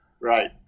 Right